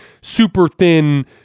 super-thin